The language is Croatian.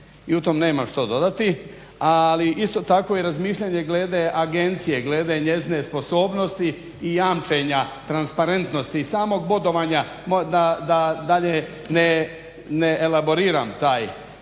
i u tom nemam što dodati, ali isto tako i razmišljanje glede agencije, glede njezine sposobnosti i jamčenja transparentnosti i samog bodovanja da dalje ne elaboriram taj